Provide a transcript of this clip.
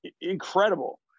incredible